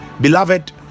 beloved